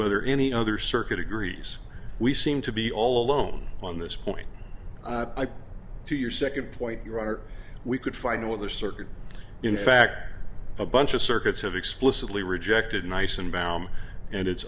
whether any other circuit agrees we seem to be all alone on this point to your second point your honor we could find out what their circuit in fact a bunch of circuits have explicitly rejected nice and baum and it's